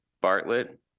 Bartlett